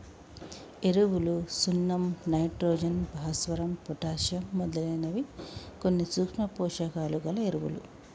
ఎరువులు సున్నం నైట్రోజన్, భాస్వరం, పొటాషియమ్ మొదలైనవి కొన్ని సూక్ష్మ పోషకాలు గల ఎరువులు